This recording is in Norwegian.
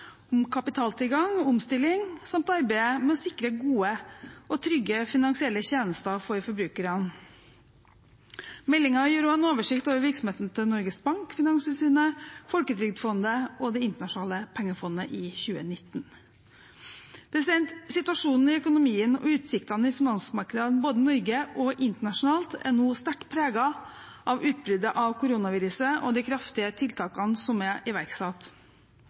om kapitaltilgang og omstilling samt arbeidet med å sikre gode og trygge finansielle tjenester for forbrukerne. Meldingen gir også en oversikt over virksomheten til Norges Bank, Finanstilsynet, Folketrygdfondet og Det internasjonale pengefondet i 2019. Situasjonen i økonomien og utsiktene i finansmarkedene, både i Norge og internasjonalt, er nå sterkt preget av utbruddet av koronaviruset og de kraftige tiltakene som er iverksatt.